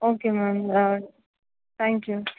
okay ma'am thank you